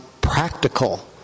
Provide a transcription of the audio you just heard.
practical